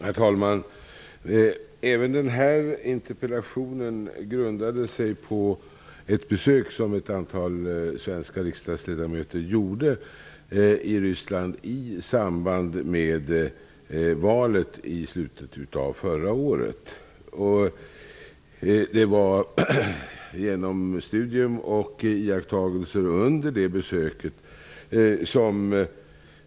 Herr talman! Även den här interpellationen grundade sig på ett besök som ett antal svenska riksdagsledamöter gjorde i Ryssland i samband med valet i slutet av förra året. Jag gjorde studier och iakttagelser under det besöket.